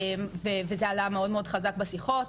וזה עלה מאד מאד חזק בשיחות,